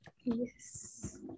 Yes